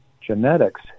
genetics